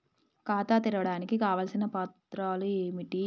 ఖాతా తెరవడానికి కావలసిన పత్రాలు ఏమిటి?